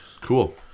Cool